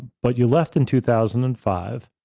but you left in two thousand and five.